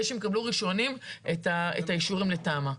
כדי שהם יקבלו ראשונים את האישורים לתמ"א.